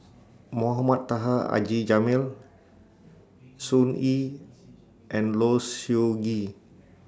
Mohamed Taha Haji Jamil Sun Yee and Low Siew Nghee